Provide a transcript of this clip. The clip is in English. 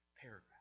paragraph